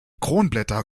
kronblätter